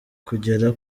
kugera